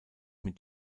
mit